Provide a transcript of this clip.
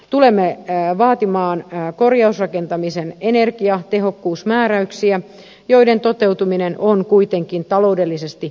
tulemme vaatimaan korjausrakentamisen energiatehokkuusmääräyksiä joiden toteutuminen on kuitenkin taloudellisesti kustannustehokasta